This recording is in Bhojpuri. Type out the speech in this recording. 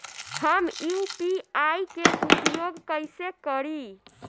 हम यू.पी.आई के उपयोग कइसे करी?